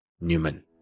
Newman